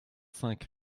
cinq